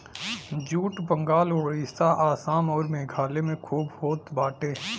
jute Bengal Orissa Assam अउर मेघालय में खूब होत बाटे